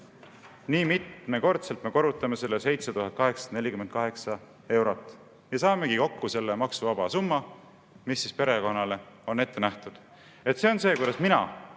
nii mitmekordselt me korrutame selle 7848 euroga ja saamegi kokku selle maksuvaba summa, mis perekonnale on ette nähtud. See on see, kuidas mina